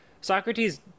Socrates